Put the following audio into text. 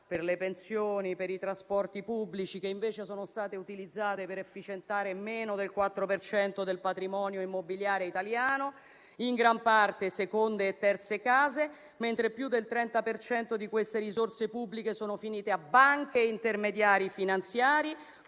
per le pensioni, per i trasporti pubblici e che invece sono state utilizzate per efficientare meno del 4 per cento del patrimonio immobiliare italiano, in gran parte seconde e terze case, mentre più del 30 per cento di queste risorse pubbliche sono finite a banche e intermediari finanziari,